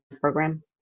program